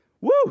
Woo